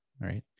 right